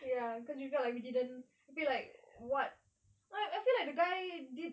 ya cause we felt like we didn't we feel like what ah I feel like the guy did